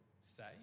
say